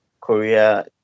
Korea